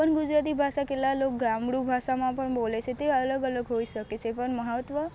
પણ ગુજરાતી ભાષા કેટલાક લોકો ગામડું ભાષામાં પણ બોલે છે તે અલગ અલગ હોઈ શકે છે પણ મહત્વ